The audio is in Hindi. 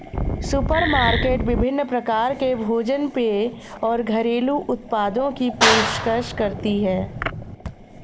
सुपरमार्केट विभिन्न प्रकार के भोजन पेय और घरेलू उत्पादों की पेशकश करती है